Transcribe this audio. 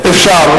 אפשר,